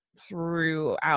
throughout